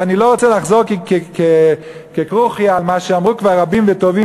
ואני לא רוצה לחזור ככרוכיה על מה שאמרו כבר רבים וטובים